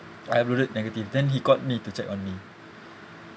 I uploaded negative then he called me to check on me